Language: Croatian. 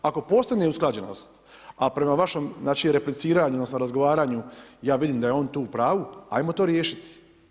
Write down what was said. Ako postoji neusklađenost, a prema vašom repliciranju, odnosno, razgovaranju, ja vidim da je on tu u pravu, ajmo to riješiti.